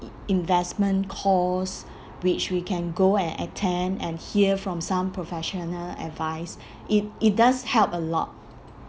in~ investment course which we can go and attend and hear from some professional advice it it does help a lot